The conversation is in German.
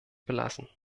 belassen